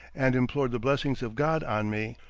and implored the blessings of god on me.